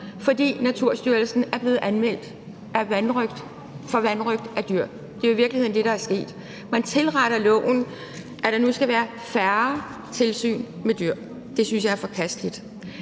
fordi Naturstyrelsen er blevet anmeldt for vanrøgt af dyr. Det er jo i virkeligheden det, der er sket. Man tilretter loven, altså at der nu skal være færre tilsyn med dyr. Det synes jeg er forkasteligt.